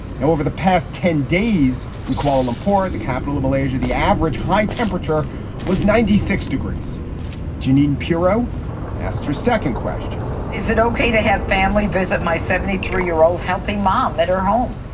now, over the past ten days in kuala lumpur, the capital of malaysia, the average high temperature was ninety six degrees jeanine pirro asked her second question is it ok to have family visit my seventy three year old healthy mom at her home?